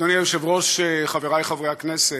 אדוני היושב-ראש, חבריי חברי הכנסת,